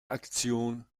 aktion